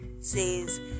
says